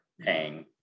paying